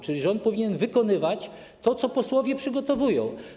Czyli rząd powinien wykonywać to, co posłowie przygotowują.